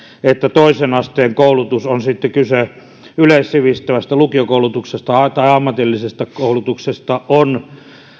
että toisen asteen koulutus on sitten kyse yleissivistävästä lukiokoulutuksesta tai ammatillisesta koulutuksesta on